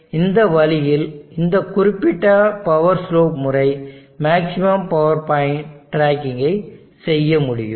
எனவே இந்த வழியில் இந்த குறிப்பிட்ட பவர் ஸ்லோப் முறை மேக்ஸிமம் பவர் பாயிண்ட் டிராக்கிங் ஐ செய்ய முடியும்